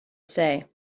say